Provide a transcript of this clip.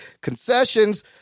concessions